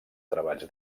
treballs